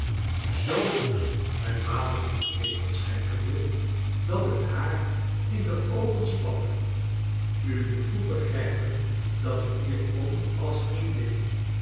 zoo woest het water in den theepot schenkende dat het haar in de oogen spatte u moet goed begrijpen dat u hier komt als vriendin